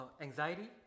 anxiety